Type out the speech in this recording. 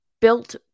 Built